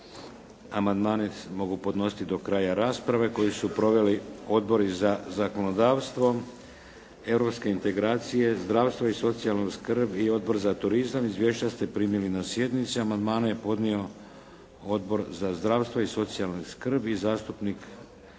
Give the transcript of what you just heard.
Amandmani se mogu podnositi do kraja rasprave, koji su proveli odbori za zakonodavstvo, europske integracije, zdravstvo i socijalnu skrb i Odbor za turizam. Izvješća ste primili na sjednici. Amandmane je podnio Odbor za zdravstvo i socijalnu skrb i zastupnik